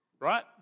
Right